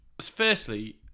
firstly